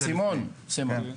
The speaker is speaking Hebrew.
סימון,